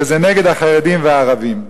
שזה נגד החרדים והערבים.